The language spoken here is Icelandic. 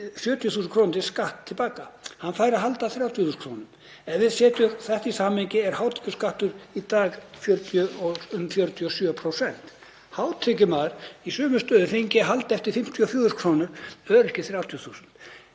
70.000 kr. í skatt til baka. Hann fær að halda 30.000 kr. Ef við setjum þetta í samhengi er hátekjuskattur í dag um 47%. Hátekjumaður í sömu stöðu fengi halda eftir 54.000 kr., öryrki 30.000